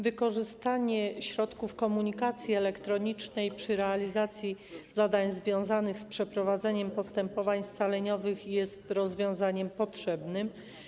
Wykorzystanie środków komunikacji elektronicznej przy realizacji zadań związanych z przeprowadzeniem postępowań scaleniowych jest rozwiązaniem potrzebnym.